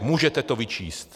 Můžete to vyčíslit?